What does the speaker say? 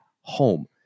home